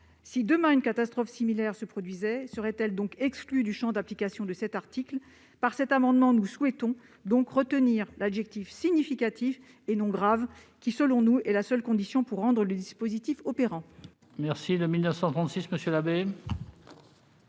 Si, demain, une catastrophe similaire se produisait, serait-elle donc exclue du champ d'application de cet article ? Par cet amendement, nous souhaitons retenir l'adjectif « significatifs », et non pas « durables », car c'est, selon nous, la seule condition pour rendre le dispositif opérant.